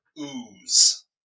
ooze